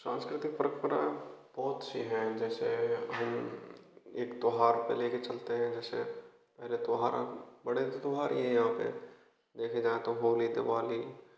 सांस्कृतिक परम्परा बहुत सी हैं जैसे हम एक त्योहार को ले कर चलते हैं जैसे त्योहार गणेश त्योहार है यहाँ पर देखे जाए तो होली दिवाली